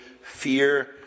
Fear